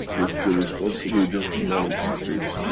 it's the responsibility of the knowledge seekers